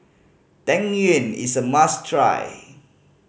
Tang Yuen is a must try